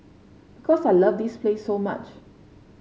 because I love this place so much